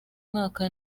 mwaka